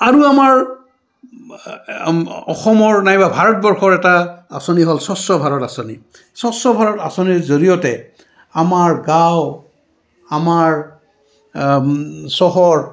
আৰু আমাৰ অসমৰ নাইবা ভাৰতবৰ্ষৰ এটা আঁচনি হ'ল স্বচ্ছ ভাৰত আঁচনি স্বচ্ছ ভাৰত আঁচনিৰ জৰিয়তে আমাৰ গাঁও আমাৰ চহৰ